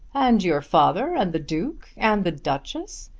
and your father and the duke and the duchess!